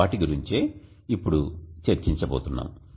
వాటి గురించే ఇప్పుడు చర్చించ బోతున్నాము